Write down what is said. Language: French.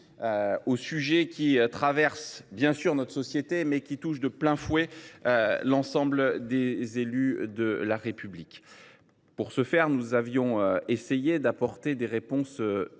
un sujet qui traverse notre société et touche de plein fouet l’ensemble des élus de la République. Pour ce faire, nous avions essayé d’apporter des réponses